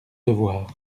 devoir